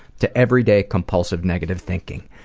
to everyday compulsive negative thinking.